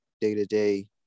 day-to-day